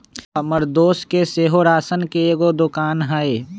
हमर दोस के सेहो राशन के एगो दोकान हइ